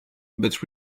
but